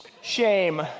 shame